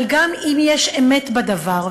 אבל גם אם יש אמת בדבר,